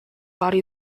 body